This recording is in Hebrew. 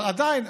אבל עדיין,